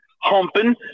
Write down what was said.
humping